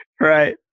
Right